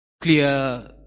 clear